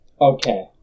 Okay